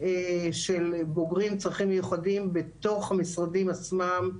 של בוגרים עם צרכים מיוחדים בתוך המשרדים עצמם,